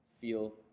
feel